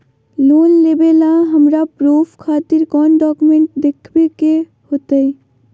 Loan लेबे ला हमरा प्रूफ खातिर कौन डॉक्यूमेंट देखबे के होतई?